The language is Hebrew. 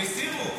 הם הסירו.